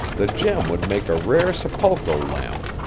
the gem would make a rare sepulchral lamp,